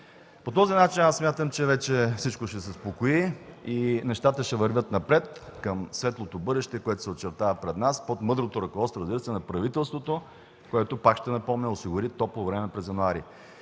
По този начин смятам, че вече всичко ще се успокои и нещата ще вървят напред, към светлото бъдеще, което се очертава пред нас, под мъдрото ръководство на правителството, което, пак ще напомня, осигури топло време през януари.